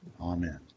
Amen